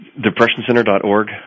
Depressioncenter.org